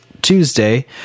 Tuesday